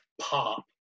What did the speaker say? pop